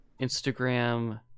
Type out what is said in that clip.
instagram